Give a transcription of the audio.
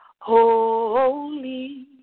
Holy